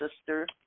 sister